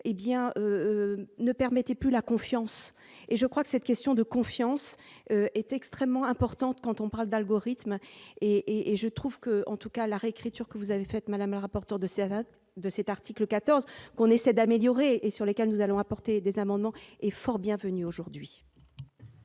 ne permettait plus la confiance et je crois que cette question de confiance est extrêmement importante, quand on parle d'algorithmes et et je trouve que, en tout cas la réécriture que vous avez fait madame rapporteur de Séraphin de cet article 14 qu'on essaie d'améliorer et sur lesquels nous allons apporter des amendements et fort bien aujourd'hui.